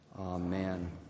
Amen